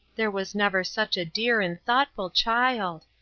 there was never such a dear and thoughtful child.